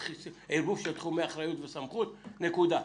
ולערבב תחומי אחריות וסמכות, נקודה.